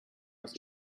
aus